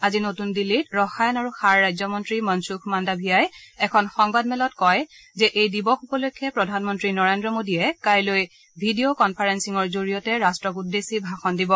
আজি নতুন দিল্লীত ৰসায়ন আৰু সাৰ ৰাজ্যমন্ত্ৰী মানছুখ মাণ্ডভিয়াই এখন সংবাদমেলত কয় যে এই দিৱস উপলক্ষে প্ৰধানমন্ত্ৰী নৰেন্দ্ৰ মোদীয়ে কাইলৈ ভিডিঅ' কনফাৰেলিঙৰ জৰিয়তে ৰাট্টক উদ্দেশ্যি ভাষণ দিব